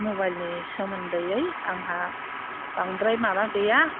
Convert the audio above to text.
माबाइलनि सोमोन्दै आंहा बांद्राय माबा गैया